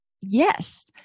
yes